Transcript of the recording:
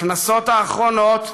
בכנסות האחרונות,